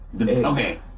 Okay